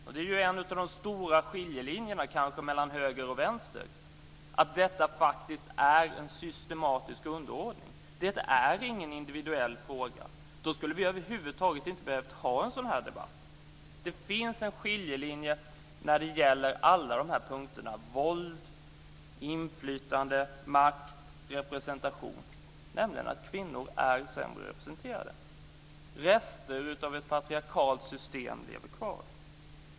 Det här är kanske en av de stora skiljelinjerna mellan höger och vänster - detta är faktiskt en systematisk underordning, och ingen individuell fråga. I så fall skulle vi över huvud taget inte ha behövt föra en sådan här debatt. Det finns en skiljelinje när det gäller alla de här punkterna; våld, inflytande, makt och representation. Kvinnor är sämre representerade. Rester av ett patriarkaliskt system lever kvar.